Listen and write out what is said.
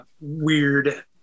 weird